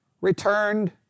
returned